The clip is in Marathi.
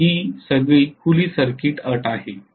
मग ही सगळी खुली सर्किट अट आहे